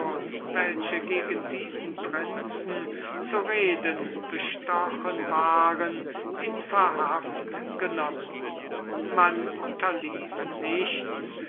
welche gegen diesen prinzen zu reden bestochen waren in verhaft genommen man unterließ nichts